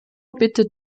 bittet